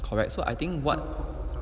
correct so I think what